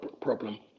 problem